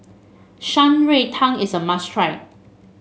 Shan Rui Tang is a must try